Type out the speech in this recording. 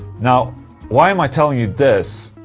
now why am i telling you this?